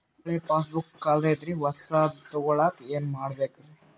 ಹಳೆ ಪಾಸ್ಬುಕ್ ಕಲ್ದೈತ್ರಿ ಹೊಸದ ತಗೊಳಕ್ ಏನ್ ಮಾಡ್ಬೇಕರಿ?